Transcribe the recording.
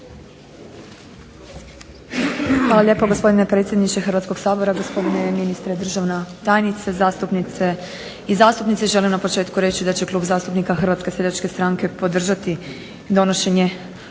Hvala lijepo gospodine predsjedniče Hrvatskog sabora, gospodine ministre, državna tajnice, zastupnice i zastupnici. Želim na početku reći da će Klub zastupnika HSS-a podržati donošenje